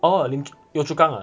oh lim ch~ yio chu kang ah